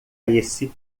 esse